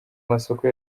masoko